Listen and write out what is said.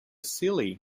silly